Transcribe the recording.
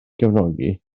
cefnogi